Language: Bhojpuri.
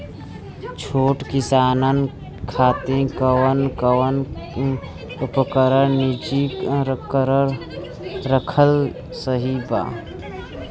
छोट किसानन खातिन कवन कवन उपकरण निजी रखल सही ह?